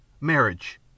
Marriage